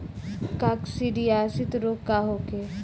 काकसिडियासित रोग का होखे?